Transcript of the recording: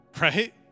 Right